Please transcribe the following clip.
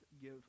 give